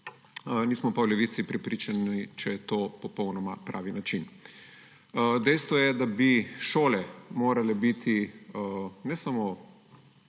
Nismo pa v Levici prepričani, če je to popolnoma pravi način. Dejstvo je, da bi šole morale biti ne samo